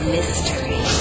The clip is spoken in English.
Mystery